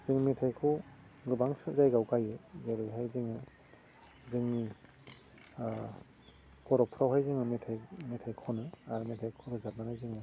जों मेथाइखौ गोबां जायगायाव गाइयो जेरैहाय जोङो जोंनि खर'क फ्रावहाय जोङो मेथाइ मेथाइ खनो आरो मेथाइखौ रोजाबनानै जोङो